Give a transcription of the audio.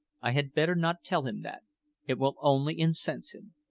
i had better not tell him that it will only incense him.